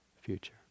future